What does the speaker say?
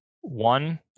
One